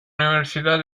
universidad